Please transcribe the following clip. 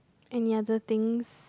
any other things